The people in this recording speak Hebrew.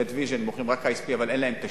"נטוויז'ן" מוכרים רק ISP אבל אין להם תשתית,